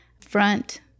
front